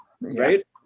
right